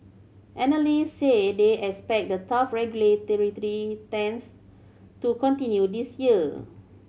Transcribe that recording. analysts say they expect the tough regulatory stance to continue this year